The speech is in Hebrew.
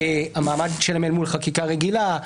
המעמד שלהם מול חקיקה רגילה,